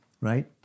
Right